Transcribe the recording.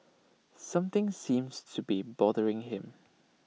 something seems to be bothering him